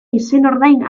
izenordain